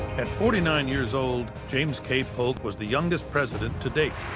at forty nine years old, james k. polk was the youngest president to date.